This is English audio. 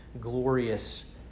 glorious